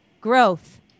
growth